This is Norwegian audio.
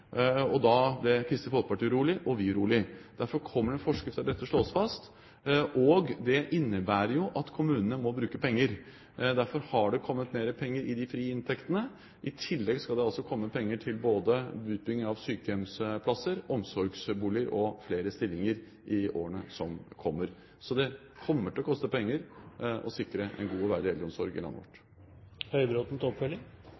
Og da ble Kristelig Folkeparti urolig og vi urolige. Derfor kommer det en forskrift der dette slås fast. Det innebærer at kommunene må bruke penger. Derfor har det kommet mer penger i de frie inntektene. I tillegg skal det komme penger til utbygging av både sykehjemsplasser og omsorgsboliger og flere stillinger i årene som kommer. Det kommer til å koste penger å sikre en god og verdig eldreomsorg i landet